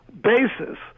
basis